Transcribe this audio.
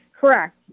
Correct